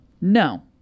No